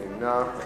מי נמנע?